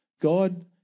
God